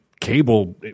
cable